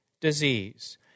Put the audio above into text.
disease